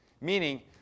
Meaning